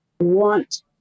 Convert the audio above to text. want